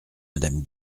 madame